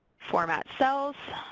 format cells,